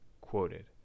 quoted